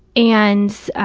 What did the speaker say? and